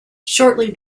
shortly